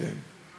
גברת ירדנה,